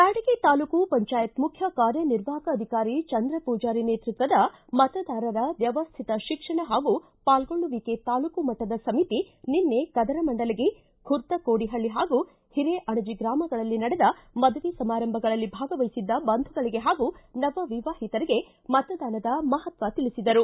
ಬ್ಯಾಡಗಿ ತಾಲೂಕಾ ಪಂಚಾಯತ್ ಮುಖ್ಯ ಕಾರ್ಯನಿರ್ವಾಹಕ ಅಧಿಕಾರಿ ಚಂದ್ರ ಪೂಜಾರಿ ನೇತೃತ್ವದ ಮತದಾರರ ವ್ಯವ್ಯಿತ ಶಿಕ್ಷಣ ಹಾಗೂ ಪಾಲ್ಗೊಳ್ಳುವಿಕೆ ತಾಲೂಕಾ ಮಟ್ಟದ ಸಮಿತಿ ನಿನ್ನೆ ಕದರಮಂಡಲಗಿ ಖುರ್ದಕೋಡಿಹಳ್ಳಿ ಹಾಗೂ ಹರೇಅಣಜಿ ಗ್ರಾಮಗಳಲ್ಲಿ ನಡೆದ ಮದುವೆ ಸಮಾರಂಭಗಳಲ್ಲಿ ಭಾಗವಹಿಸಿದ್ದ ಬಂಧುಗಳಗೆ ಹಾಗೂ ನವ ವಿವಾಹಿತರಿಗೆ ಮತದಾನದ ಮಹತ್ವ ತಿಳಿಸಿದರು